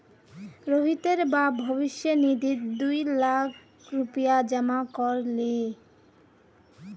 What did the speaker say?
रोहितेर बाप भविष्य निधित दी लाख रुपया जमा कर ले